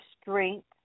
strength